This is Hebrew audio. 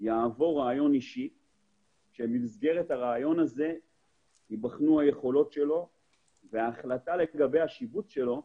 יעבור ראיון אישי שבמסגרתו ייבחנו היכולות שלו וההחלטה לגבי שיבוצו.